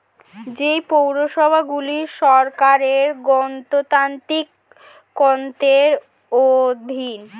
যে পৌরসভাগুলি সরকারের গণতান্ত্রিক কর্তৃত্বের অধীন